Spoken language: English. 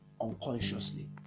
unconsciously